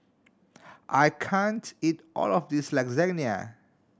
I can't eat all of this Lasagne